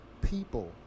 people